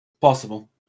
Possible